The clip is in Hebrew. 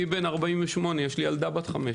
אני בן 48, יש לי ילדה בת 15